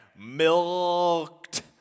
milked